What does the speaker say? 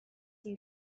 you